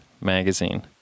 Magazine